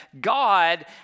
God